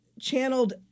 channeled